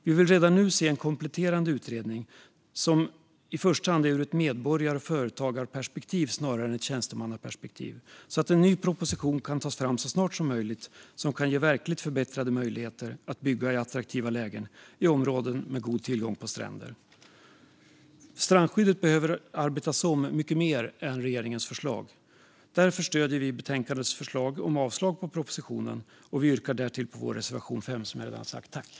Vi vill redan nu se en kompletterande utredning ur ett medborgar och företagarperspektiv snarare än ett tjänstemannaperspektiv så att en ny proposition kan tas fram så snart som möjligt som kan ge verkligt förbättrade möjligheter att bygga i attraktiva lägen i områden med god tillgång på stränder. Strandskyddet behöver arbetas om mycket mer än i regeringens förslag. Därför stöder vi utskottets förslag om avslag på propositionen, och jag yrkar därtill alltså bifall till vår reservation nummer 5.